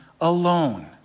alone